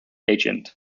agent